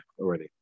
already